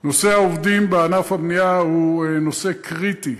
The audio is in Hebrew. נושא העובדים בענף הבנייה הוא נושא קריטי,